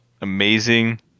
amazing